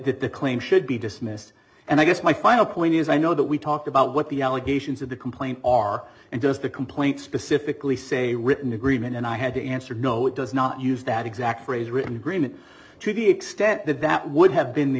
the claim should be dismissed and i guess my final point is i know that we talk about what the allegations of the complaint are and does the complaint specifically say a written agreement and i had to answer no it does not use that exact phrase written agreement to the extent that that would have been the